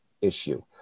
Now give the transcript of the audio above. issue